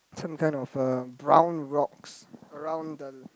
some kind of a round rocks around the